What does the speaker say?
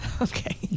Okay